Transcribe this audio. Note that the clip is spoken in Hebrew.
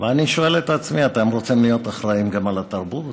ואני שואל את עצמי: אתם רוצים להיות אחראים גם לתרבות?